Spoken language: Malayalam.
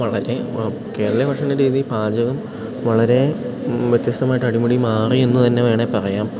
വളരെ കേരളീയ ഭക്ഷണ രീതി പാചകം വളരെ വ്യത്യസ്തമായിട്ട് അടിമുടി മാറി എന്നു തന്നെ വേണേ പറയാം